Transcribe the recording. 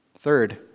Third